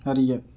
அறிய